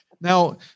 Now